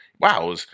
Wow